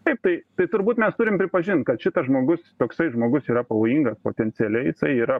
taip tai tai turbūt mes turim pripažint kad šitas žmogus toksai žmogus yra pavojingas potencialiai jisai yra